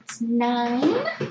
Nine